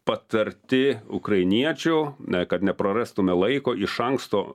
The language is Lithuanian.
patarti ukrainiečių na kad neprarastume laiko iš anksto